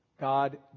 God